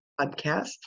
podcast